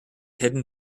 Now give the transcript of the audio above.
hidden